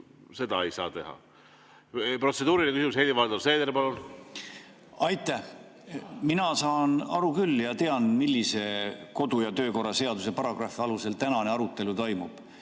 seda ei saa teha. Protseduuriline küsimus, Helir-Valdor Seeder, palun! Aitäh! Mina saan aru küll ja tean, millise kodu- ja töökorra seaduse paragrahvi alusel tänane arutelu toimub.